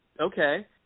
okay